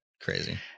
Crazy